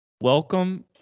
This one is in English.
Welcome